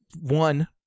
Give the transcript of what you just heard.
One